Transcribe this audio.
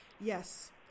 Yes